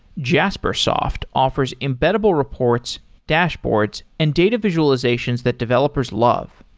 jaspersoft offers embeddable reports, dashboards and data visualizations that developers love.